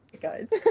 guys